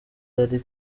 yari